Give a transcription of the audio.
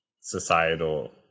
societal